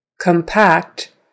compact